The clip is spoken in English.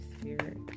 spirit